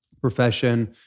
profession